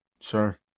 Sure